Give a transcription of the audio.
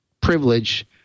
privilege